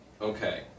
Okay